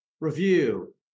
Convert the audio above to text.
review